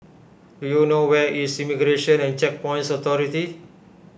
do you know where is Immigration and Checkpoints Authority